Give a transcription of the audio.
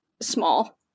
small